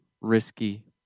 risky